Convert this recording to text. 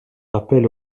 rappel